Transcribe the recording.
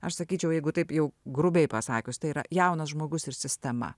aš sakyčiau jeigu taip jau grubiai pasakius tai yra jaunas žmogus ir sistema